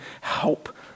help